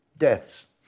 deaths